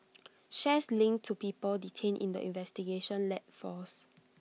shares linked to people detained in the investigation led falls